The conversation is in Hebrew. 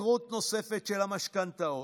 התייקרות נוספת של המשכנתאות.